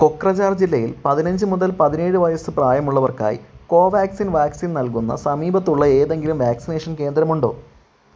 കൊക്രജാര് ജില്ലയിൽ പതിനഞ്ച് മുതൽ പതിനേഴ് വയസ്സ് പ്രായമുള്ളവർക്കായി കോവാക്സിൻ വാക്സിൻ നൽകുന്ന സമീപത്തുള്ള ഏതെങ്കിലും വാക്സിനേഷൻ കേന്ദ്രം ഉണ്ടോ